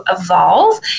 evolve